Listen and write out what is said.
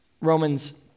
Romans